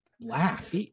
laugh